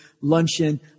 luncheon